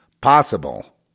possible